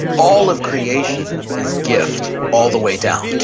all of creation is gift all the way down.